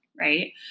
Right